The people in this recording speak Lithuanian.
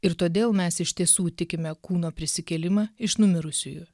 ir todėl mes iš tiesų tikime kūno prisikėlimą iš numirusiųjų